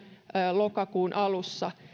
lokakuun alussa